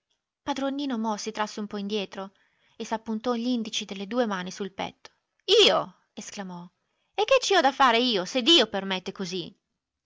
padron nino mo si trasse un po indietro e s'appuntò gl'indici delle due mani sul petto io esclamò e che ci ho da fare io se dio permette così